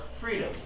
freedom